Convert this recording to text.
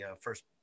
first